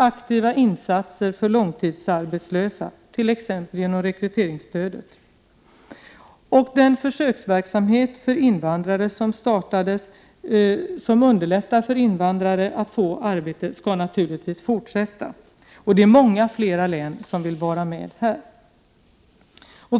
Aktiva insatser för långtidsarbetslösa krävs t.ex. i form av rekryteringsstöd. Den försöksverksamhet som startades för att underlätta för invandrare att få arbete skall naturligtvis fortsätta. Här är det många fler län som vill vara med.